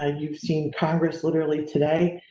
ah you've seen congress literally, today